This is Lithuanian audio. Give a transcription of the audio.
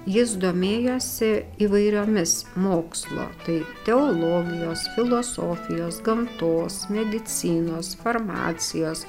jis domėjosi įvairiomis mokslo tai teologijos filosofijos gamtos medicinos farmacijos